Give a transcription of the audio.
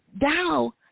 thou